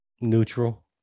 Neutral